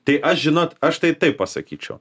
tai aš žinot aš tai taip pasakyčiau